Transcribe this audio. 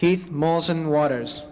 keith malls and writers